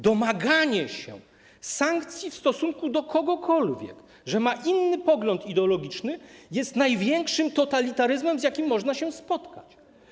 Domaganie się sankcji w stosunku do kogokolwiek za to, że ma inny pogląd ideologiczny, jest największym totalitaryzmem, z jakim można się spotkać.